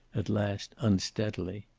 at last, unsteadily.